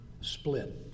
split